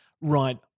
right